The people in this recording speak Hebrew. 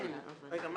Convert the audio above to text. זה בעצם ההנמקה, נכון?